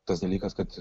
tas dalykas kad